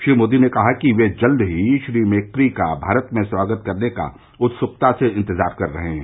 श्री मोदी ने कहा कि ये जल्द ही श्री मेक्री का भारत में स्वागत करने का उत्सुकता से इंतजार कर रहे है